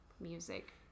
music